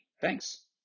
Thanks